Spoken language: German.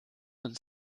und